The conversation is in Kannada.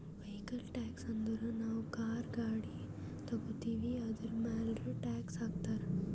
ವೈಕಲ್ ಟ್ಯಾಕ್ಸ್ ಅಂದುರ್ ನಾವು ಕಾರ್, ಗಾಡಿ ತಗೋತ್ತಿವ್ ಅದುರ್ಮ್ಯಾಲ್ ಟ್ಯಾಕ್ಸ್ ಹಾಕ್ತಾರ್